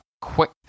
quick